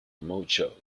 mojo